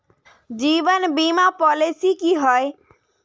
जीवन बीमा पॉलिसी की होय?